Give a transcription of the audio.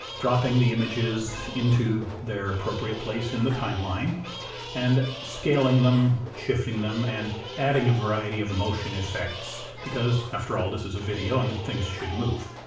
dropping the images into their appropriate place in the timeline and scaling them shifting them and adding a variety of motion effects because, after all, this is a video and things should move.